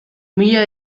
mila